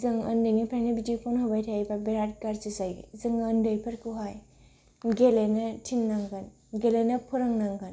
जों उन्दैनिफ्रायनो बिदि फ'न होबाय थायोबा बिराद गाज्रि जायो जों उन्दैफोरखौहाय गेलेनो थिननांगोन गेलेनो फोरोंनांगोन